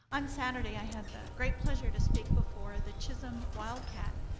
on saturday i had the great pleasure to speak before the chisholm wildcat